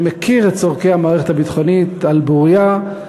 שמכיר את צורכי המערכת הביטחונית על בוריים,